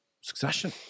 succession